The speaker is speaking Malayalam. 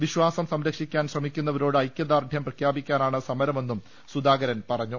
വിശ്വാസം സംരക്ഷിക്കാൻ ശ്രമിക്കുന്ന വരോട് ഐക്യദാർഢ്യം പ്രഖ്യാപിക്കാനാണ് സമരമെന്നും സുധാകരൻ പറ ഞ്ഞു